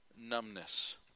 numbness